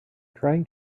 trying